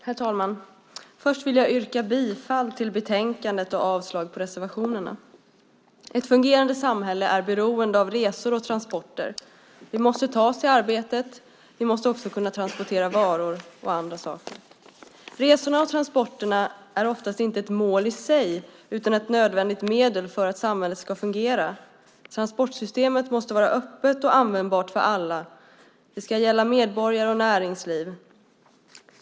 Herr talman! Först vill jag yrka bifall till förslaget i betänkandet och avslag på reservationerna. Ett fungerande samhälle är beroende av resor och transporter. Vi måste ta oss till arbetet, och vi måste också kunna transportera varor och andra saker. Resorna och transporterna är oftast inte ett mål i sig utan ett nödvändigt medel för att samhället ska fungera. Transportsystemet måste vara öppet och användbart för alla. Det ska gälla medborgare och näringsliv.